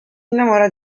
innamora